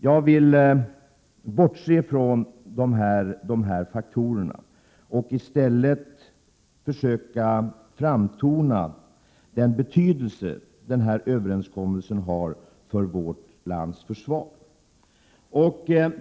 Jag vill bortse från dessa faktorer och i stället försöka framtona den betydelse som denna överenskommelse har för vårt lands försvar.